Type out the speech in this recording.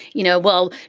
you know, well,